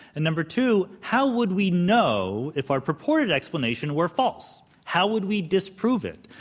number two, how would we know if our purported explanation were false? how would we disprove it?